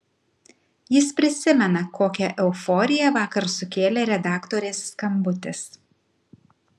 jis prisimena kokią euforiją vakar sukėlė redaktorės skambutis